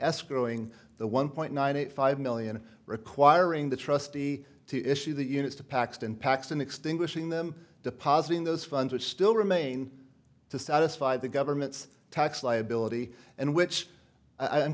escrow ing the one point nine eight five million requiring the trustee to issue the units to paxton paxson extinguishing them depositing those funds which still remain to satisfy the government's tax liability and which i'm